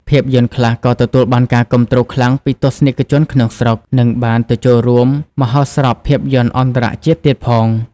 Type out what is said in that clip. ភាពយន្តខ្លះក៏ទទួលបានការគាំទ្រខ្លាំងពីទស្សនិកជនក្នុងស្រុក និងបានទៅចូលរួមមហោស្រពភាពយន្តអន្តរជាតិទៀតផង។